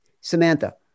Samantha